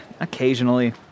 occasionally